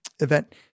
event